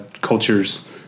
cultures